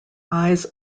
eyes